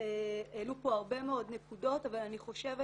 העלו פה הרבה מאוד נקודות אבל אני חושבת